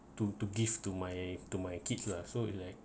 to to give to my to my kids lah so it's like